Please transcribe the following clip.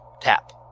tap